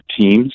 teams